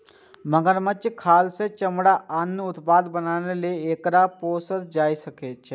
मगरमच्छक खाल सं चमड़ा आ आन उत्पाद बनाबै लेल एकरा पोसल जाइ छै